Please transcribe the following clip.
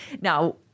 Now-